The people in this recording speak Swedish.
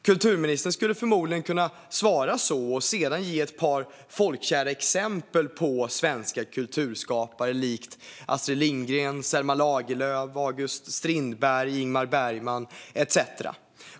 Kulturministern skulle förmodligen kunna svara så och sedan ge ett par exempel på folkkära svenska kulturskapare likt Astrid Lindgren, Selma Lagerlöf, August Strindberg, Ingmar Bergman etcetera.